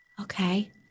Okay